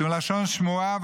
מלשון שמועה.